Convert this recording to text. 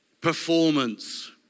performance